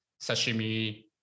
sashimi